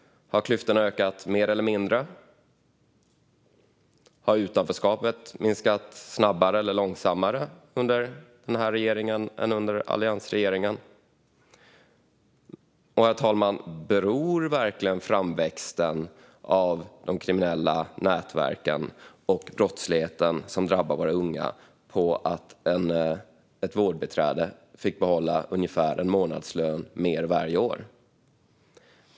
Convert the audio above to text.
Har klyftorna ökat mer eller mindre? Har utanförskapet minskat snabbare eller långsammare under denna regering än under alliansregeringen? Och, herr talman, beror verkligen de kriminella nätverkens framväxt och den brottslighet som drabbar våra unga på att ett vårdbiträde fick behålla ungefär en månadslön mer varje år?